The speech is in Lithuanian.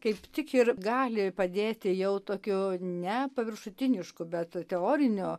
kaip tik ir gali padėti jau tokiu ne paviršutinišku bet teoriniu